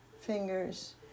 fingers